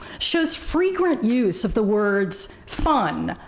shows frequent use of the words fun,